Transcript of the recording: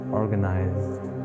organized